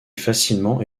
facilement